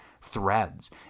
threads